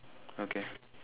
okay